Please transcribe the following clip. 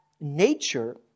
nature